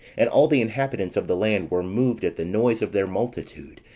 and all the inhabitants of the land were moved at the noise of their multitude,